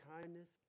kindness